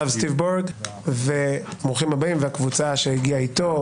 הרב סטיב ברג, והקבוצה שהגיעה איתו.